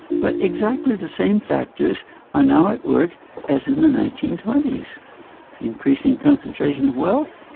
but exactly the same factors are now at work as in the nineteen twenty s increasing concentration of wealth,